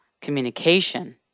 communication